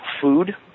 food